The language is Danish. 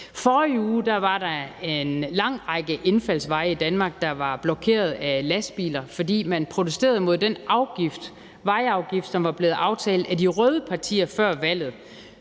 Forrige uge var der en lang række indfaldsveje i Danmark, der var blokeret af lastbiler, fordi man protesterede mod den vejafgift, som var blevet aftalt af de røde partier før valget.